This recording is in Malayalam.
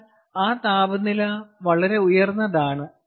എന്നാൽ ആ താപനില വളരെ ഉയർന്നതാണ്